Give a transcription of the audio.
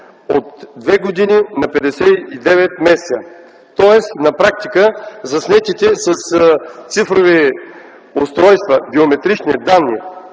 от две години на 59 месеца. На практика заснетите с цифрови устройства биометрични данни,